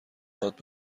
هات